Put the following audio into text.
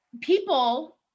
people